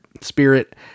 spirit